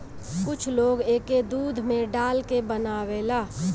कुछ लोग एके दूध में डाल के बनावेला